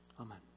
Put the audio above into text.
Amen